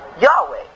Yahweh